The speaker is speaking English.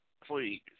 Please